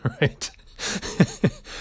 right